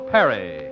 Perry